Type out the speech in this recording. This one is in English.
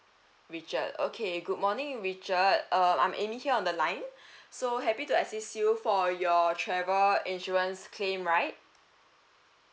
richard okay good morning richard um I'm amy here on the line so happy to assist you for your travel insurance claim right